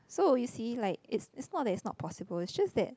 so you see like it's it's not that is not possible it just that